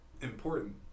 important